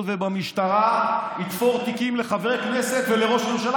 ובמשטרה יתפור תיקים לחברי כנסת ולראש ממשלה,